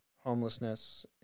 homelessness